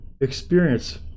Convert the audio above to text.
experience